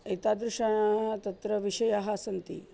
एतादृशाः तत्र विषयाः सन्ति